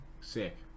Sick